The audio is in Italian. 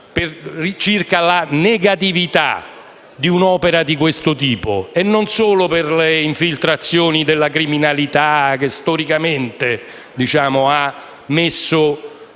circa la negatività di un'opera di questo tipo, e non solo per le infiltrazioni della criminalità, che storicamente ha messo